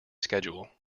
schedule